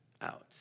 out